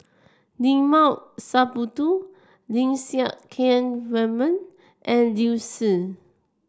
Limat Sabtu Lim Siang Keat Raymond and Liu Si